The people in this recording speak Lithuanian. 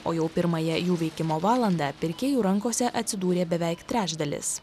o jau pirmąją jų veikimo valandą pirkėjų rankose atsidūrė beveik trečdalis